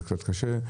זה קצת קשה.